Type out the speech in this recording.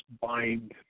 bind